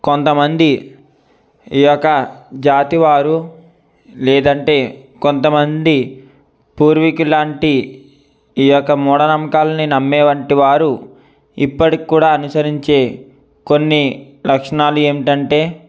కొంతమంది ఈ యొక్క జాతి వారు లేదంటే కొంతమంది పూర్వికులాంటి ఈ యొక్క మూడనమ్మకాలని నమ్మేవంటివారు ఇప్పటికీ కూడా అనుసరించే కొన్ని లక్షణాలు ఏమిటంటే